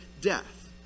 death